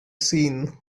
seen